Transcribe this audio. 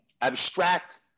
abstract